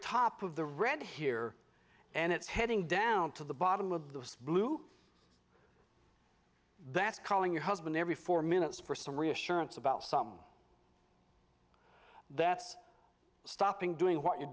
top of the red here and it's heading down to the bottom of the blue that's calling your husband every four minutes for some reassurance about some that's stopping doing what you're